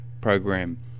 program